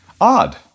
Odd